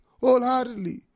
wholeheartedly